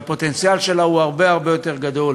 והפוטנציאל שלה הוא הרבה הרבה יותר גדול